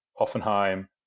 Hoffenheim